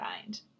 find